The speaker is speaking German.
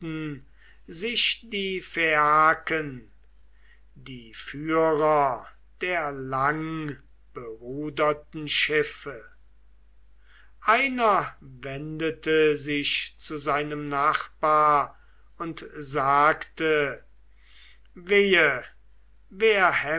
sich die phaiaken die führer der langberuderten schiffe einer wendete sich zu seinem nachbar und sagte wehe